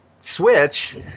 switch